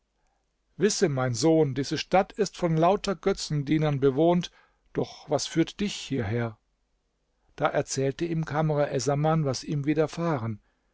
wisse mein sohn diese stadt ist von lauter götzendienern bewohnt doch was führt dich hierher da erzählte ihm kamr essaman was ihm widerfahren